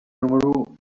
número